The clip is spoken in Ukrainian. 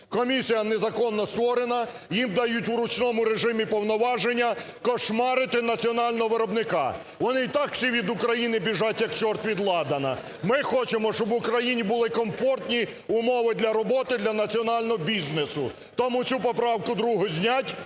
Комісія незаконно створена, їм дають у ручному режимі повноваження кошмарити національного виробника. Вони й так всі від України біжать, як чорт від ладану. Ми хочемо, щоб в Україні були комфортні умови для роботи для національного бізнесу. Тому цю поправку, другу, знять,